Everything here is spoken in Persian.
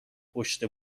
پشت